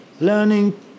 Learning